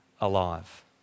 Alive